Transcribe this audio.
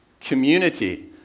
Community